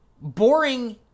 Boring